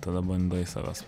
tada bandai save